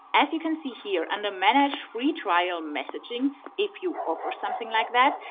as you can see here under manage free trial messaging if you offer something like that,